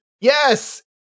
Yes